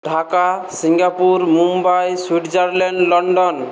Dhaka Singapore Mumbai Switzerland London